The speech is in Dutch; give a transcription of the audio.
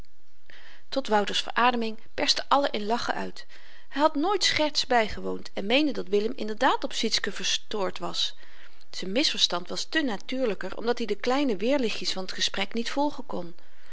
tot wouters verademing berstten allen in lachen uit hy had nooit scherts bygewoond en meende dat willem inderdaad op sietske verstoord was z'n misverstand was te natuurlyker omdat i de kleine weerlichtjes van t gesprek niet volgen kon